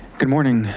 good morning.